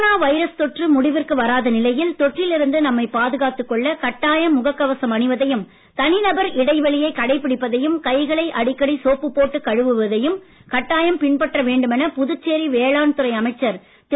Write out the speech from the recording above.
corona virus தொற்று முடிவிற்கு வாரத நிலையில் தொற்றில் இருந்து நம்மை பாதுகாத்துக் கொள்ள கட்டாயம் முகக் கவசம் அணிவதையும் தனிநபர் இடைவெளியை கடைபிடிப்பதையும் கைகளை அடிக்கடி சோப்பு போட்டு கழுவுவதையும் கட்டாயம் பின்பற்ற வேண்டுமென புதுச்சேரி வேளாண் துறை அமைச்சர் திரு